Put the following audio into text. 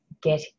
get